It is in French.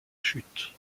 chute